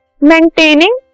Maintaining